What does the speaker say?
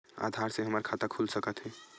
आधार से हमर खाता खुल सकत हे?